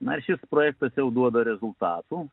na ir šis projektas jau duoda rezultatų